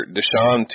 Deshaun